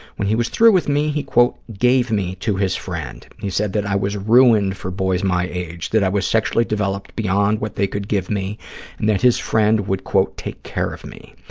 when he was through with me, he, quote, gave me to his friend. he said that i was ruined for boys my age, that i was sexually developed beyond what they could give me and that his friend would, quote, take care of me.